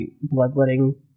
bloodletting